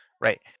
right